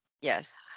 Yes